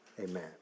amen